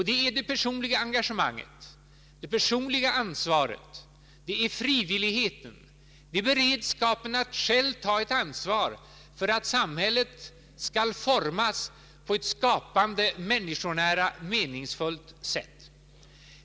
Det är det personliga engagemanget, det personliga ansvaret, frivilligheten, beredskapen att själv ta ett ansvar för att samhället skall formas på ett skapande, människonära, meningsfullt sätt.